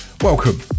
Welcome